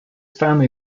family